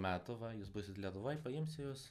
metų va jūs būsit lietuvoj paimsiu jus